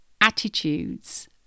attitudes